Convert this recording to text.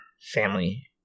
family